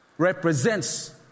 Represents